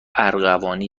ارغوانی